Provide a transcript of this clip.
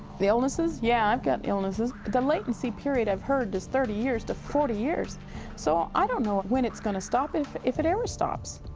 illnesses? yeah, i've got illnesses. the latency period i've heard is thirty years to forty years so i don't know when it's gonna stop, if if it ever stops.